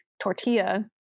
tortilla